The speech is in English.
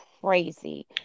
crazy